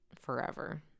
forever